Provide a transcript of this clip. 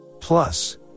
Plus